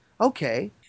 Okay